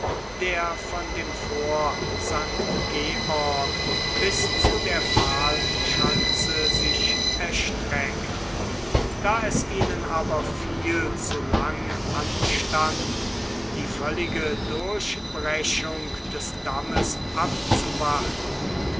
der von dem fort st georg bis zu der pfahl schanze sich erstreckt da es ihnen aber viel zu lang anstand die völlige durchbrechung des dammes abzuwarten